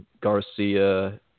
Garcia